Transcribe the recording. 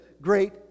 great